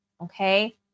okay